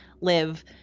live